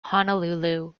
honolulu